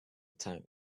tank